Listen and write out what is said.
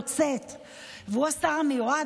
והוא השר המיועד,